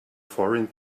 foreign